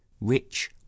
rich